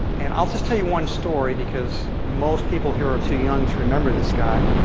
and i'll just tell you one story, because most people here are too young to remember this guy.